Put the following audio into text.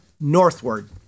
northward